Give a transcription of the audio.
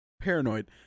paranoid